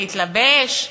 להתלבש,